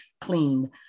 clean